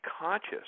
conscious